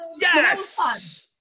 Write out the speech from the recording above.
Yes